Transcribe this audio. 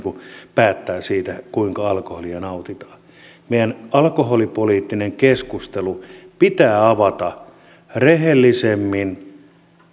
päättää siitä kuinka alkoholia nautitaan meidän alkoholipoliittinen keskustelu pitää avata rehellisemmin